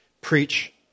preach